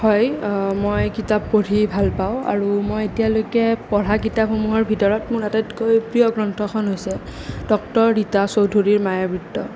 হয় মই কিতাপ পঢ়ি ভালপাওঁ আৰু মই এতিয়ালৈকে পঢ়া কিতাপসমূহৰ ভিতৰত মোৰ আটাইতকৈ প্ৰিয় গ্ৰন্থখন হৈছে ডক্তৰ ৰীতা চৌধুৰীৰ মায়াবৃত্ত